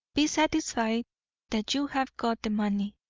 be satisfied that you have got the money.